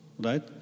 right